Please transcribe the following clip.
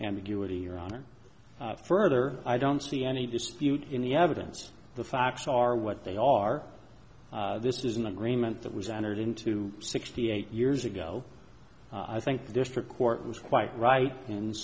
ambiguity around or further i don't see any dispute in the evidence the facts are what they are this is an agreement that was entered into sixty eight years ago i think the district court was quite right